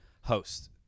host